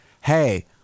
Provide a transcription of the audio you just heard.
hey